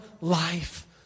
life